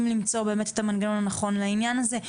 שמנסים באמת למצוא את המנגנון הנכון לעניין הזה.